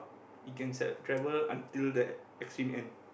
it can travel until the extreme end